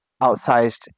outsized